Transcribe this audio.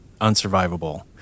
unsurvivable